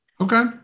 Okay